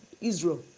Israel